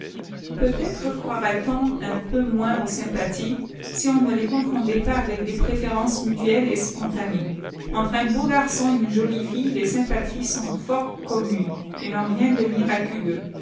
peut-être croirait-on un peu moins aux sympathies si on ne les confondait pas avec des préférences mutuelles et spontanées entre un beau garçon et une jolie fille les sympathies sont fort communes et n'ont rien de miraculeux